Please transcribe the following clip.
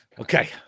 Okay